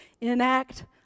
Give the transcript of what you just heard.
Enact